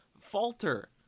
falter